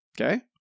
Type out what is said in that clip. Okay